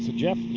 jeff,